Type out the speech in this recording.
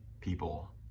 people